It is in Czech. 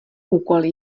úkoly